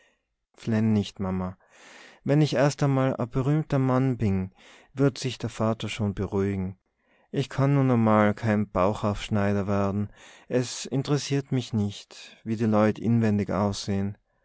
nicht mama wenn ich erst emal e berühmter mann bin wird sich der vater schon beruhigen ich kann nun emal kein bauchaufschneider werden es interessiert mich nicht wie die leut inwendig aussehen